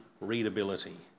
readability